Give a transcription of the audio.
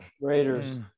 Raiders